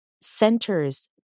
centers